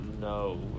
No